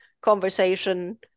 conversation